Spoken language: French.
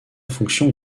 fonction